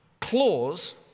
clause